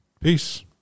Peace